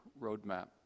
roadmap